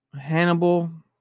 Hannibal